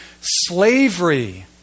slavery